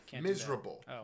Miserable